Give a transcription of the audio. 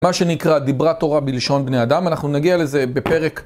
מה שנקרא דיברה תורה בלשון בני אדם, אנחנו נגיע לזה בפרק